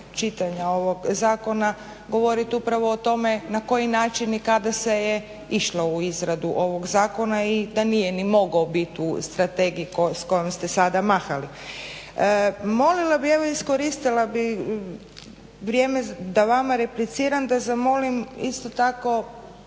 čitanja ovog zakona govoriti upravo o tome na koji način i kada se je išlo u izradu ovog Zakona i da nije ni mogao bit u strategiji s kojom ste sada mahali. Molila bih, evo iskoristila bih vrijeme da vama repliciram, da zamolim isto tako